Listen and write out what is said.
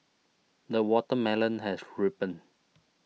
the watermelon has ripened